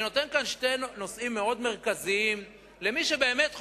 אני נותן כאן שני נושאים מאוד מרכזיים למי שבאמת חושש.